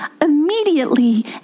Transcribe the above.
immediately